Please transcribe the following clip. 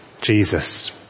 Jesus